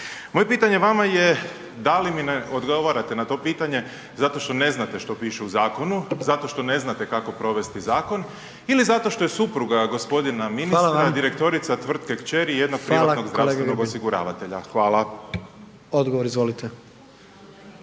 Moje pitanje vama je, da li mi ne odgovarate na to pitanje zato što ne znate što piše u zakonu, zato što ne znate kako provesti zakon ili zato što je supruga gospodina ministra direktorica tvrtke kćeri jednog privatnog zdravstvenog osiguravatelja? Hvala. **Jandroković,